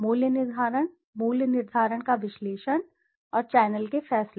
मूल्य निर्धारण मूल्य निर्धारण का विश्लेषण और चैनल के फैसले